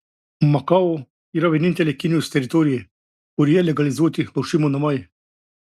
makao yra vienintelė kinijos teritorija kurioje legalizuoti lošimo namai